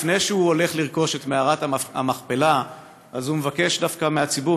לפני שהוא הולך לרכוש את מערכת המכפלה מבקש דווקא מהציבור,